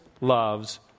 loves